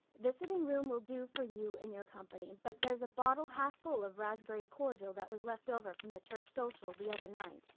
the sitting room will do for you and your company. but there's a bottle half full of raspberry cordial that was left over from the church social the other night.